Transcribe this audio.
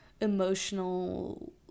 emotional